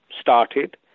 started